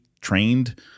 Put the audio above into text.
trained